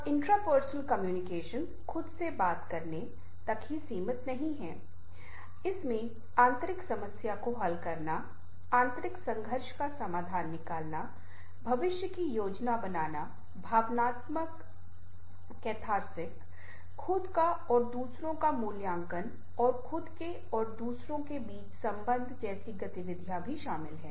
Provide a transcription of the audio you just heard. अब intrapersonal communication 'खुद से बात करने' तक ही सीमित नहीं है इसमें आंतरिक समस्या को हल करना आंतरिक संघर्ष का समाधान निकालना भविष्य की योजना बनाना भावनात्मक कैथार्सिस खुद का और दूसरों का मूल्यांकन और खुद के और दूसरों के बीच संबंध जैसी गतिविधियां भी शामिल हैं